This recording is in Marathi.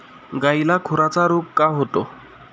गायीला खुराचा रोग का होतो?